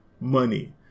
money